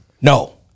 No